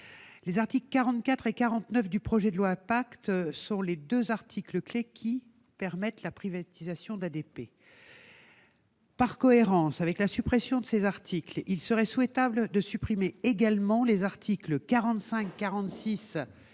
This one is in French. Les articles 44 et 49 du projet de loi PACTE sont les deux articles clés permettant la privatisation d'ADP. Par cohérence avec leur suppression, il serait souhaitable de supprimer également les articles 45, 46 et 50.